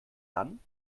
dann